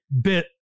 bit